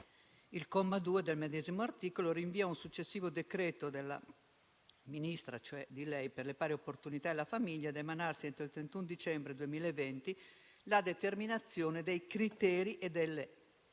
Il comma 2 del medesimo articolo rinvia a un successivo decreto del Ministro per le pari opportunità e la famiglia, da emanarsi entro il 31 dicembre 2020, la determinazione dei criteri e delle